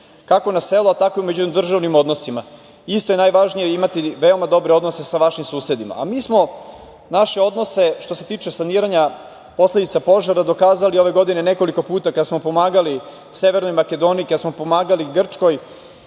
kako na selu tako i u međudržavnim odnosima. Isto je najvažnije imati dobre odnose sa vašim susedima, a mi smo naše odnose što se tiče saniranja posledica požara dokazali ove godine nekoliko puta kada smo pomagali Severnoj Makedoniji, kada smo pomagali Grčkoj. Koliko